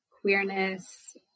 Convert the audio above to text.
queerness